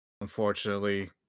unfortunately